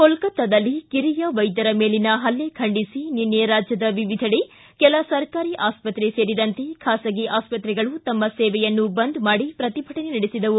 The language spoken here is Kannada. ಕೊಲ್ಲತ್ತಾದಲ್ಲಿ ಕಿರಿಯ ವೈದ್ಯರ ಮೇಲಿನ ಹಲ್ಲೆ ಖಂಡಿಸಿ ನಿನ್ನೆ ರಾಜ್ಯದ ವಿವಿಧೆಡೆ ಕೆಲ ಸರ್ಕಾರಿ ಆಸ್ಪತ್ತೆ ಸೇರಿದಂತೆ ಬಾಸಗಿ ಆಸ್ಪತ್ತೆಗಳು ತಮ್ಮ ಸೇವೆಯನ್ನು ಬಂದ್ ಮಾಡಿ ಪ್ರತಿಭಟನೆ ನಡೆಸಿದವು